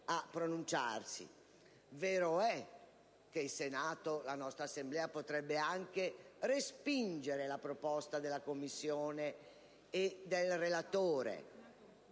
a pronunciarsi. Vero è che il Senato, la nostra Assemblea, potrebbe anche respingere la proposta della Commissione e del relatore;